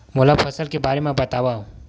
मोला फसल के बारे म बतावव?